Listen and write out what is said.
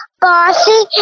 bossy